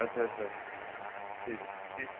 আচ্ছা আচ্ছা আচ্ছা ঠিক আছে ঠিক আছে